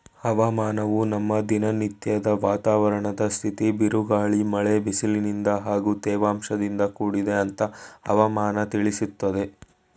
ಹವಾಮಾನವು ನಮ್ಮ ದಿನನತ್ಯದ ವಾತಾವರಣದ್ ಸ್ಥಿತಿ ಬಿರುಗಾಳಿ ಮಳೆ ಬಿಸಿಲಿನಿಂದ ಹಾಗೂ ತೇವಾಂಶದಿಂದ ಕೂಡಿದೆ ಅಂತ ಹವಾಮನ ತಿಳಿಸ್ತದೆ